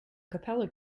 capella